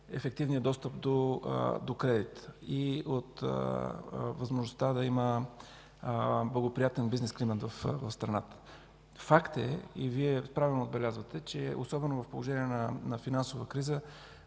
ефективния достъп до кредит и от възможността да има благоприятен бизнес климат в страната. Факт е и Вие правилно отбелязвате, че, особено в положение на финансова криза,